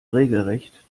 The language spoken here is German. regelrecht